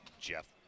Jeff